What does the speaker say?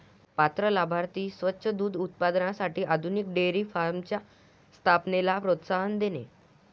पात्र लाभार्थी स्वच्छ दूध उत्पादनासाठी आधुनिक डेअरी फार्मच्या स्थापनेला प्रोत्साहन देणे